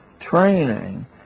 Training